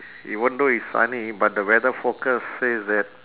even though it's sunny but the weather forecast says that